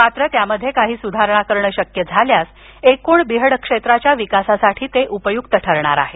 मात्र त्यामध्ये काही सुधारणा करणं शक्य झाल्यास एकूण बिहडक्षेत्राच्या विकासासाठी ते उपयुक्त ठरणार आहे